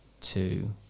two